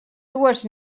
dues